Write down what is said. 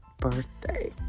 birthday